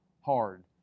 hard